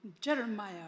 Jeremiah